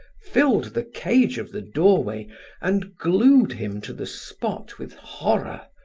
filled the cage of the doorway and glued him to the spot with horror,